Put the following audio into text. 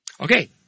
Okay